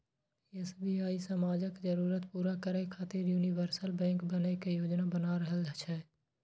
SBI समाजक जरूरत पूरा करै खातिर यूनिवर्सल बैंक बनै के योजना बना रहल छै